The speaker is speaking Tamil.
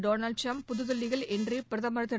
டொனால்டு ட்ரம்ப் புதுதில்லியில் இன்று பிரதமர் திரு